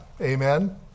Amen